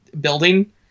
building